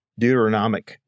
Deuteronomic